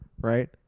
right